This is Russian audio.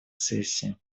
сессии